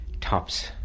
tops